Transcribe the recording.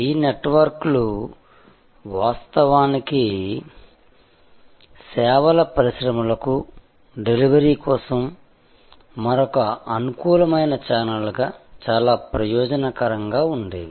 ఈ నెట్వర్క్లు వాస్తవానికి సేవల పరిశ్రమలకు డెలివరీ కోసం మరొక అనుకూలమైన ఛానెల్గా చాలా ప్రయోజనకరంగా ఉండేవి